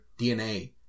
DNA